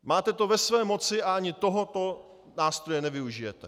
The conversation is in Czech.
Máte to ve své moci a ani tohoto nástroje nevyužijete.